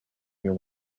you